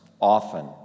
often